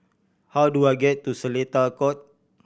how do I get to Seletar Court